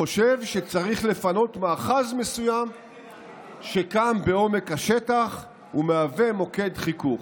חושב שצריך לפנות מאחז מסוים שקם בעומק השטח ומהווה מוקד חיכוך,